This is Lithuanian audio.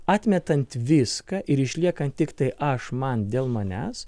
atmetant viską ir išliekant tiktai aš man dėl manęs